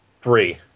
Three